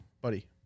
Buddy